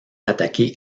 attaqué